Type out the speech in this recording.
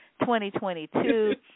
2022